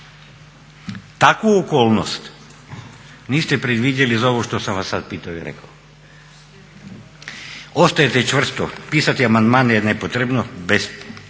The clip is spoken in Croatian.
Takvu okolnost niste predvidjeli za ovo što sam vas sada pitao i rekao. Ostajete čvrsto pisati amandmane je nepotrebno,